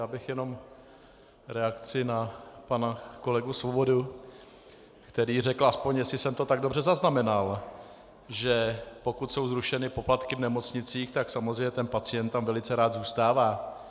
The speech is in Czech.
Já bych jenom v reakci na pana kolegu Svobodu, který řekl, aspoň jestli jsem to tak dobře zaznamenal, že pokud jsou zrušeny poplatky v nemocnicích, tak samozřejmě pacient tam velice rád zůstává.